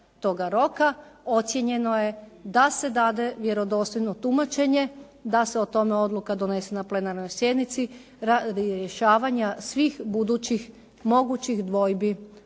toga roka, ocijenjeno je da se dade vjerodostojno tumačenje, da se o tome odluka donese na plenarnoj sjednici, rješavanja svih budućih mogućih dvojbi u